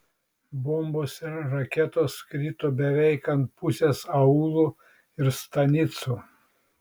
bombos ir raketos krito beveik ant pusės aūlų ir stanicų